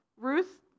Ruth